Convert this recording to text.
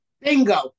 Bingo